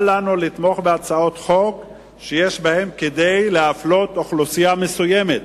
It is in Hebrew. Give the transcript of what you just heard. אל לנו לתמוך בהצעות חוק שיש בהן כדי להפלות אוכלוסייה מסוימת